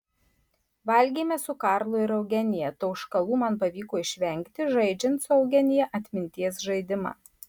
valgėme su karlu ir eugenija tauškalų man pavyko išvengti žaidžiant su eugenija atminties žaidimą